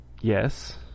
Yes